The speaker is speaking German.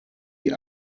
die